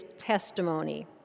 testimony